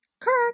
Correct